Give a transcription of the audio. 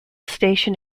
station